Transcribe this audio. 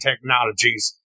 technologies